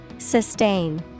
Sustain